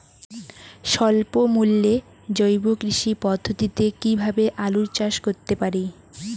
স্বল্প মূল্যে জৈব কৃষি পদ্ধতিতে কীভাবে আলুর চাষ করতে পারি?